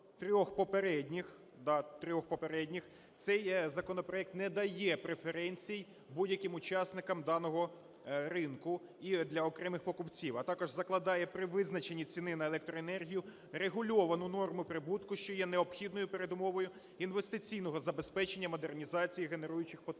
трьох попередніх, цей законопроект не дає преференцій будь-яким учасникам даного ринку і для окремих покупців, а також закладає при визначенні ціни на електроенергію регульовану норму прибутку, що є необхідною передумовою інвестиційного забезпечення модернізації генеруючих потужностей.